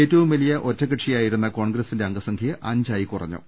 ഏറ്റവുംവലിയ ഒറ്റകക്ഷിയായിരുന്ന കോൺഗ്രസിന്റെ അംഗ സംഖ്യ അഞ്ചായി കുറ ഞ്ഞു